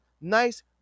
nice